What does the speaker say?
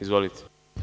Izvolite.